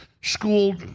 school